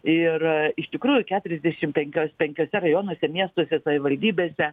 ir iš tikrųjų keturiasdešimt penkiuos penkiuose rajonuose miestuose savivaldybėse